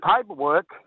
paperwork